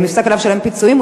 אם נפסק לו לשלם פיצויים,